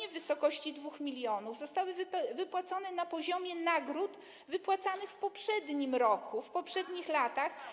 nie wysokości 2 mln, ale zostały one wypłacone na poziomie nagród wypłacanych w poprzednim roku, w poprzednich latach.